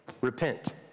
repent